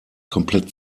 komplett